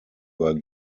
were